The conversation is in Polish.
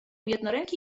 jednoręki